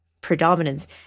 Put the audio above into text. predominance